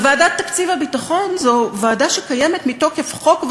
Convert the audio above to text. וועדת תקציב הביטחון זו ועדה שקיימת מתוקף חוק,